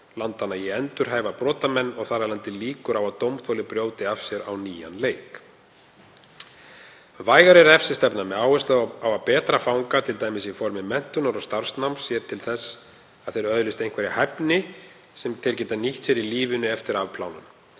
landanna í að endurhæfa brotamenn og þar af leiðandi á líkur á því að dómþoli brjóti af sér á nýjan leik. Vægari refsistefna með áherslu á að betra fanga, t.d. í formi menntunar og starfsnáms, sé til þess að þeir öðlist einhverja hæfni sem þeir geta nýtt sér í lífinu eftir afplánun.